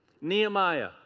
Nehemiah